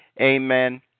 amen